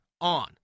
on